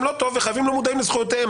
לא טוב וחייבים לא מודעים לזכויותיהם.